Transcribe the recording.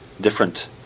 different